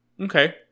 Okay